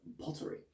pottery